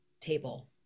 table